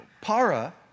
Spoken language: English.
Para